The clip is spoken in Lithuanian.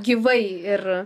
gyvai ir